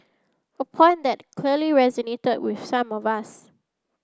a point that clearly resonated with some of us